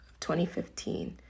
2015